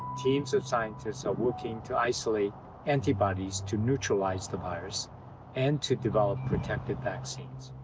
teams of scientists are working to isolate antibodies to neutralize the virus and to develop protective vaccines.